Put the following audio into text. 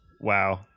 Wow